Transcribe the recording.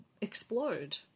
explode